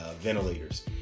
ventilators